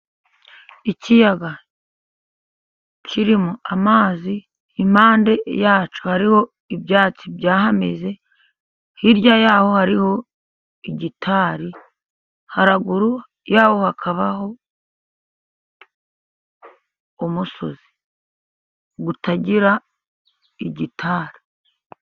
Ikiyaga kirimo amazi, impande ya cyo hariho ibyatsi byahameze, hirya ya ho hariho igitari, haruguru ya ho hakabaho umusozi utagira igitari.